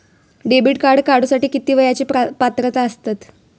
Debit card काढूसाठी किती वयाची पात्रता असतात?